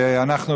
ואנחנו,